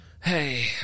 hey